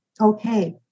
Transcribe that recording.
okay